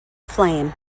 flame